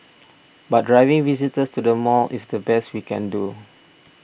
but driving visitors to the mall is the best we can do